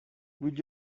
would